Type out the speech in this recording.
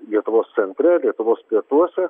lietuvos centre lietuvos pietuose